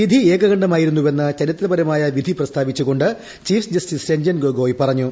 വിധി ഏകകണ്ഠമായി രുന്നുവെന്ന് ചരിത്രപരമായ വിധി പ്രസ്താവിച്ചുകൊണ്ട് ചീഫ് ജസ്റ്റിസ് രഞ്ജൻ ഗൊഗോയ് പറഞ്ഞു